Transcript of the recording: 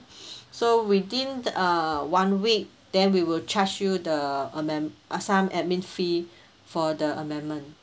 so within uh one week then we will charge you the amen~ uh some admin fee for the amendment